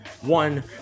one